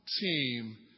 team